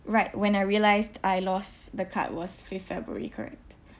right when I realised I lost the card was fifth february correct